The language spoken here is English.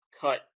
cut